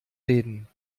reden